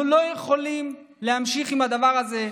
אנחנו לא יכולים להמשיך עם הדבר הזה,